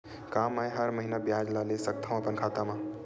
का मैं हर महीना ब्याज ला ले सकथव अपन खाता मा?